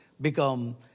become